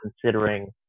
considering